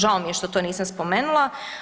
Žao mi je što to nisam spomenula.